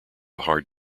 hard